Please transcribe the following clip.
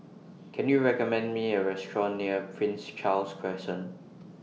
Can YOU recommend Me A Restaurant near Prince Charles Crescent